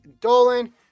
Dolan